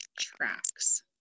tracks